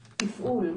תפעול,